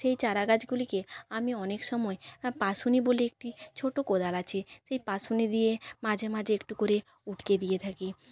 সেই চারা গাছগুলিকে আমি অনেক সময় পাশুনি বলে একটি ছোট্ট কোদাল আছে সেই পাশুনি দিয়ে মাঝে মাঝে একটু করে উটকে দিয়ে থাকি